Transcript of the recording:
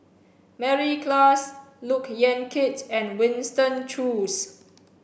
Mary Klass Look Yan Kit and Winston Choos